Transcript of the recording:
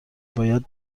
باید